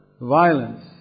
violence